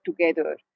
together